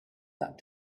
that